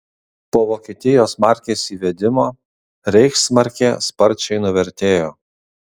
po vokietijos markės įvedimo reichsmarkė sparčiai nuvertėjo